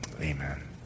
amen